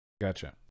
Gotcha